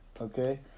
Okay